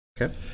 Okay